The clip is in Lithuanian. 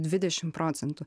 dvidešim procentų